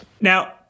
now